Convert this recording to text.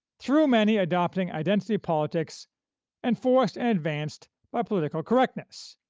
through many adopting identity politics enforced and advanced by political correctness,